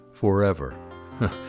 Forever